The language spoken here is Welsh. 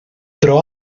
dro